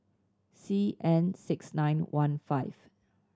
C N six nine one five